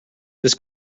this